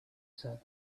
said